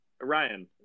ryan